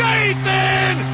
Nathan